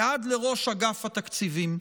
ועד לראש אגף התקציבים.